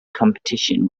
competition